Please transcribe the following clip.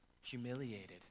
humiliated